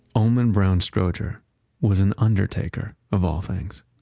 almon brown strowger was an undertaker of all things.